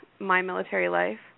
MyMilitaryLife